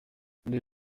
les